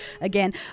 again